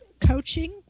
coaching